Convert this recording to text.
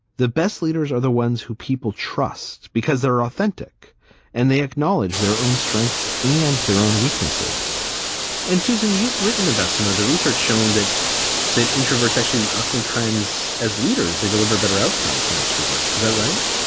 the best leaders are the ones who people trust because they're authentic and they acknowledge their own strengths and their own weaknesses and susan, you've written about some of the research showing that that introverts actually oftentimes as leaders, they deliver better outcomes and extroverts. is that right?